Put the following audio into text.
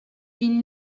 been